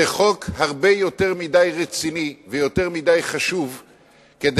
זה חוק הרבה יותר מדי רציני וחשוב מכדי